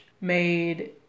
made